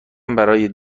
برای